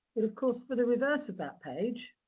but, of course, for the reverse of that page,